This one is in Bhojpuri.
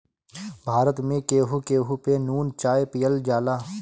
भारत में केहू केहू पे नून चाय पियल जाला